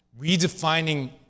redefining